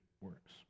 works